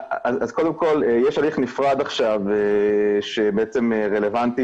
אז קודם כל יש הליך נפרד עכשיו שבעצם רלוונטי